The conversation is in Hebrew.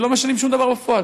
ולא משנים שום דבר בפועל.